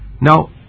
Now